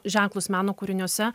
ženklus meno kūriniuose